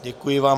Děkuji vám.